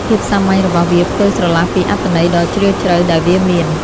ភាពសាមញ្ញរបស់វាផ្ទុយស្រឡះពីអត្ថន័យដ៏ជ្រាលជ្រៅដែលវាមាន។